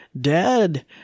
dad